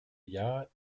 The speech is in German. jahr